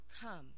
Come